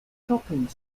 shopping